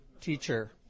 teacher